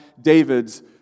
David's